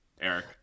Eric